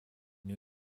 new